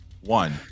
one